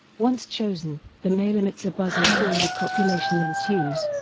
once chosen, the male emits a buzzing call and copulation ensues.